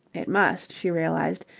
it must, she realized,